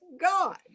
God